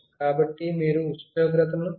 కాబట్టి మీరు ఉష్ణోగ్రతను నియంత్రించాలి